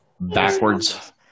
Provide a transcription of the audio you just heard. backwards